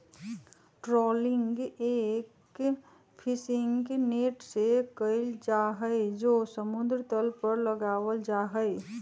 trawling एक fishing net से कइल जाहई जो समुद्र तल पर लगावल जाहई